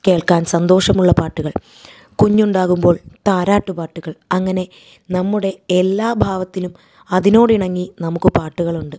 കേൾക്കാൻ സന്തോഷമുള്ള പാട്ടുകൾ കുഞ്ഞുണ്ടാകുമ്പോൾ താരാട്ട് പാട്ടുകൾ അങ്ങനെ നമ്മുടെ എല്ലാ ഭാവത്തിനും അതിനോട് ഇണങ്ങി നമുക്ക് പാട്ടുകളുണ്ട്